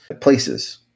places